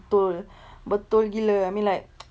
betul-betul gila I mean like